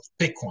Bitcoin